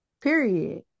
period